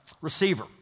receiver